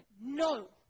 no